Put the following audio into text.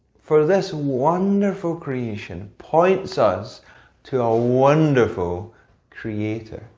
for this wonderful creation points us to a wonderful creator.